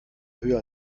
höher